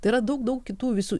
tai yra daug daug kitų visų